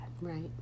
Right